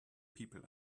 people